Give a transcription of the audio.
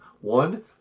one